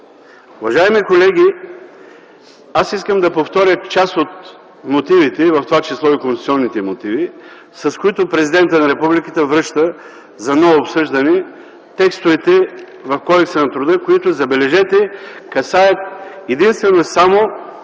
Уважаеми колеги, искам да повторя част от мотивите, в това число и конституционните, с които президентът на Републиката връща за ново обсъждане текстовете в Кодекса на труда, които, забележете, касаят единствено и само